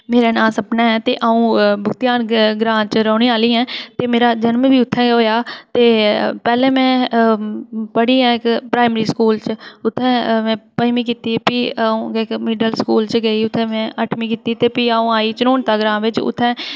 मेरा नांऽ सपना ऐ ते अ'ऊं भुगतेआन ग्रांऽ च रौह्ने आह्ली आं ते मेरा जन्म बी उत्थै गै होएआ ते पैह्लें में पढ़ी गै इक प्राईमरी स्कूल च उत्थै में पञमीं कीती भी अ'ऊं इक मिडिल स्कूल च गेईं उत्थै में अठमीं कीती ते भी अ'ऊं आई चनूनता ग्रांऽ बिच उत्थै